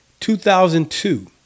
2002